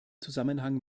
zusammenhang